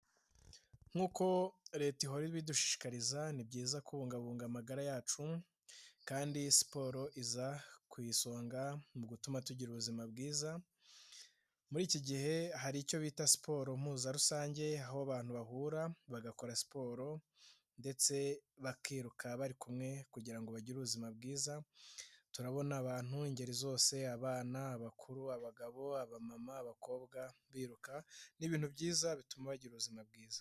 Nkuko Leta ihora ibidushishikariza ni byiza kubungabunga amagara yacu kandi siporo iza ku isonga mu gutuma tugira ubuzima bwiza, muri iki gihe hari icyo bita siporo mpuzarusange aho abantu bahura bagakora siporo ndetse bakiruka bari kumwe kugira ngo bagire ubuzima bwiza, turabona abantu b'ingeri zose abana, bakuru, abagabo, abamama, abakobwa biruka ni ibintu byiza bituma bagira ubuzima bwiza.